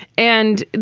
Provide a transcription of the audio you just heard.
and,